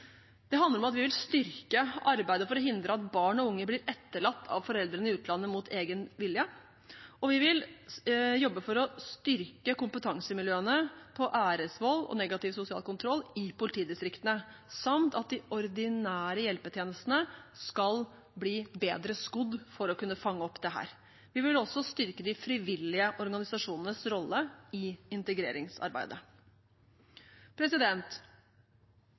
Det handler om at vi vil styrke arbeidet for å hindre at barn og unge blir etterlatt av foreldrene i utlandet mot egen vilje, og vi vil jobbe for å styrke kompetansemiljøene på æresvold og negativ sosial kontroll i politidistriktene samt at de ordinære hjelpetjenestene skal bli bedre skodd for å kunne fange opp dette. Vi vil også styrke de frivillige organisasjonenes rolle i integreringsarbeidet.